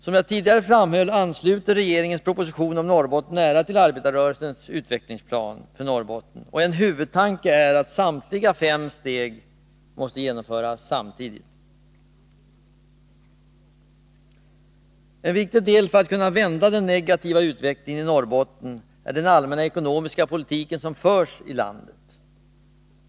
Som jag tidigare framhöll, ansluter regeringens proposition om Norrbotten nära till arbetarrörelsens utvecklingsplan för Norrbotten, och en huvudtanke är att samtliga fem steg måste genomföras samtidigt. En viktig del för att kunna vända den negativa utvecklingen i Norrbotten är Nr 143 den allmänna ekonomiska politik som förs i landet.